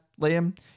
Liam